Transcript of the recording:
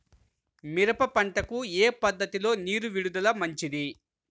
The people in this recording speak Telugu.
మిరప పంటకు ఏ పద్ధతిలో నీరు విడుదల మంచిది?